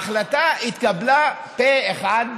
ההחלטה התקבלה פה אחד,